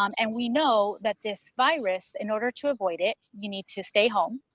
um and we know that this virus, in order to avoid it, you need to stay home,